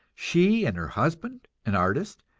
she and her husband, an artist,